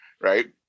right